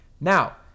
Now